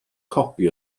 copi